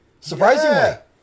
surprisingly